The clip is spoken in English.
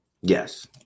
Yes